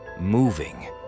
moving